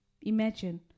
Imagine